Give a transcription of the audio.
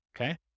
Okay